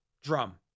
drum